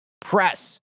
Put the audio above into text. press